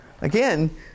Again